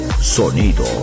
sonido